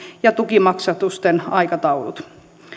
ja tukimaksatusten aikataulut